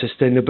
sustainability